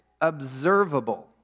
observable